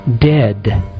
dead